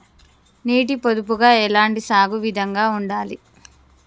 నీటి పొదుపుగా ఎలాంటి సాగు విధంగా ఉండాలి?